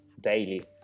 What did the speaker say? daily